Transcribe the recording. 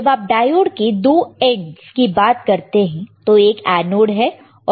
जब आप डायोड के दो एंडस की बात करते हैं तो एक एनोड है और दूसरा कैथोड है